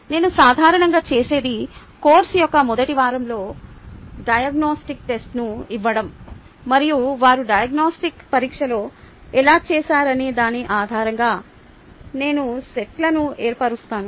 నేను సాధారణంగా చేసేది కోర్సు యొక్క మొదటి వారంలో డయాగ్నొస్టిక్ టెస్ట్ను ఇవ్వడం మరియు వారు డయాగ్నొస్టిక్ పరీక్షలో ఎలా చేశారనే దాని ఆధారంగా నేను సెట్లను ఏర్పరుస్తాను